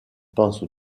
penche